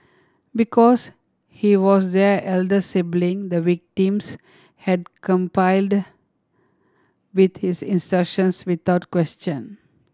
because he was their elder sibling the victims had complied with his instructions without question